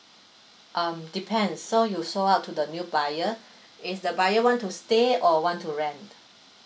um depends so you sold out to the new buyer is the buyer want to stay or want to rent